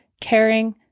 caring